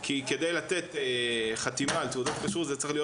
כי כדי לתת חתימה על תעודת כשרות זה צריך להיות